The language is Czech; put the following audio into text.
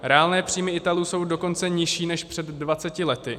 Reálné příjmy Italů jsou dokonce nižší než před dvaceti lety.